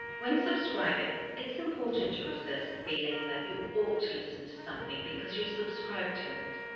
when subscribing it's important to resist feeling that you ought to listen to something because you subscribed to it.